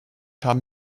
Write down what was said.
haben